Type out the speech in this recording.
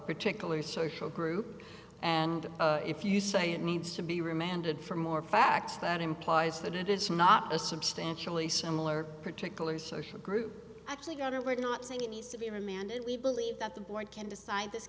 particular social group and if you say it needs to be remanded for more facts that implies that it's not a substantially similar particular social group actually got it we're not saying it needs to be remanded we believe that the board can decide this